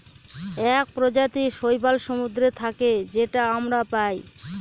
এক প্রজাতির শৈবাল সমুদ্রে থাকে যেটা আমরা পায়